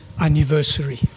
anniversary